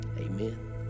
amen